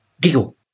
Giggle